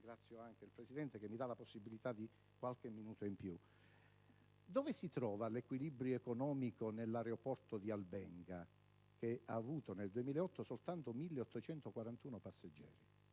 ringraziando il Presidente, che mi ha concesso qualche minuto in più). Dove si trova l'equilibrio economico nell'aeroporto di Albenga, che ha avuto nel 2008 soltanto 1841 passeggeri?